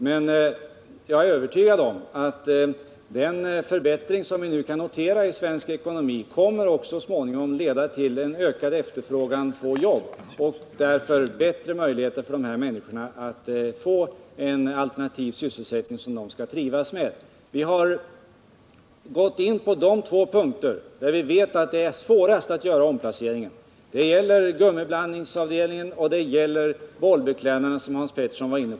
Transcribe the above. Men jag är övertygad om att den förbättring i svensk ekonomi som vi nu kan notera så småningom kommer att leda till en ökad efterfrågan på arbetskraft och därmed skapas bättre möjligheter för dessa människor att få en alternativ sysselsättning som de kan trivas med. Vi har särskilt satsat på de två punkter där vi vet att det är svårast att göra omplaceringar. Det gäller, såsom Hans Pettersson tidigare var inne på, gummiblandningsavdelningen och bollbeklädnadsavdelningen.